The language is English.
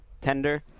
tender